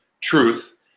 truth